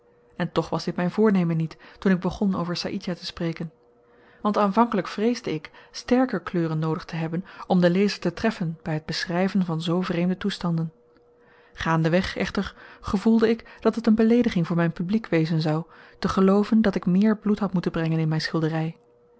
en toch was dit myn voornemen niet toen ik begon over saïdjah te spreken want aanvankelyk vreesde ik sterker kleuren noodig te hebben om den lezer te treffen by t beschryven van zoo vreemde toestanden gaande weg echter gevoelde ik dat het een beleediging voor myn publiek wezen zou te gelooven dat ik meer bloed had moeten brengen in myn schildery